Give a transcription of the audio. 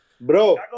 Bro